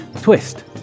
TWIST